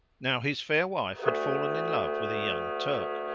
now his fair wife had fallen in love with a young turk,